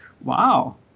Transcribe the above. wow